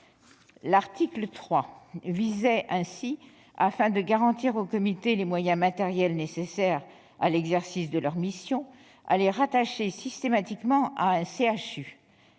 L'article 3 visait ainsi, afin de garantir aux comités les moyens matériels nécessaires à l'exercice de leurs missions, à les rattacher systématiquement à un